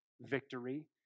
victory